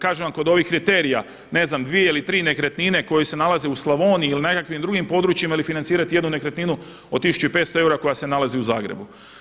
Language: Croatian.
Kažem vam kod ovih kriterija, ne znam dvije ili tri nekretnine koje se nalaze u Slavoniji ili nekakvim drugim područjima ili financirati jednu nekretninu od 1500 eura koja se nalazi u Zagrebu.